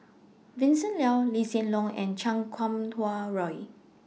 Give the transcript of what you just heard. Vincent Leow Lee Hsien Loong and Chan Kum Wah Roy